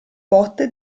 botte